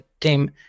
team